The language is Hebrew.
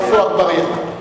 עפו אגבאריה.